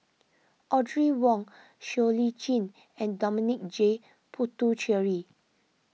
Audrey Wong Siow Lee Chin and Dominic J Puthucheary